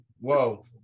whoa